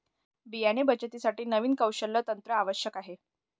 बियाणे बचतीसाठी नवीन कौशल्य तंत्र आवश्यक आहे